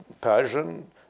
Persian